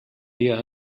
dia